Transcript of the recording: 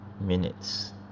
minutes